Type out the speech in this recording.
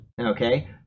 Okay